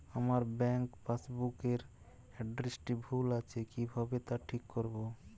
আমার bank passbook এর এড্রেসটি ভুল আছে কিভাবে তা ঠিক করবো?